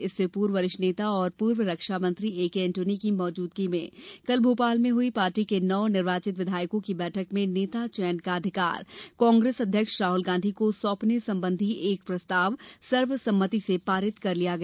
इससे पूर्व वरिष्ठ नेता और पूर्व रक्षामंत्री एकेएन्टोनी की मौजूदगी में कल भोपाल में हुई पार्टी के नवनिर्वाचित विधायकों की बैठक में नेता चयन का अधिकार कांग्रेस अध्यक्ष राहुल गांधी को सौंपने संबंधी एक प्रस्ताव सर्वसम्मति से पारित कर लिया गया